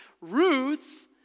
Ruth